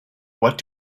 what